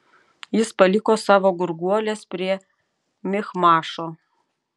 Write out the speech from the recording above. jis paliko savo gurguoles prie michmašo